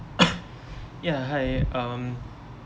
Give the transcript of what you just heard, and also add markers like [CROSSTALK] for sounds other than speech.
[COUGHS] ya hi um